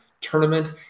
tournament